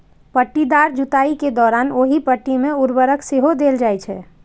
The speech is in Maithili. पट्टीदार जुताइ के दौरान ओहि पट्टी मे उर्वरक सेहो देल जाइ छै